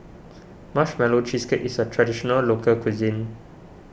Marshmallow Cheesecake is a Traditional Local Cuisine